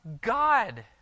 God